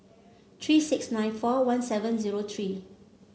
three six nine four one seven zero three